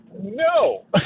no